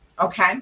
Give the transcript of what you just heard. okay